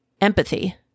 Empathy